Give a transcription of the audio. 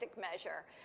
measure